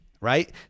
right